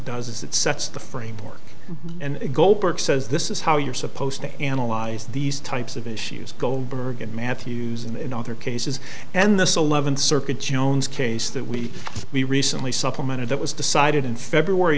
does that sets the framework and goldberg says this is how you're supposed to analyze these types of issues goldberg and matthews and other cases and the so levin circuit jones case that we we recently supplemented that was decided in february